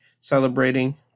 celebrating